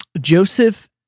Joseph